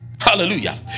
Hallelujah